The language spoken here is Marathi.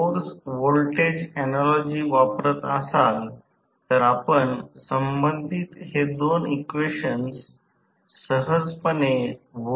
तर तो 1 आहे आणि येथे गती 0 या बाजूने उपद्रव करण्याची आवश्यकता नाहे आणि हे बाजू ब्रेकिंग पदधत आणि ही बाजू पदधत तयार करीत आहे त्याबद्दल थोडे स्पष्टीकरण दिले जाईल